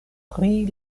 pri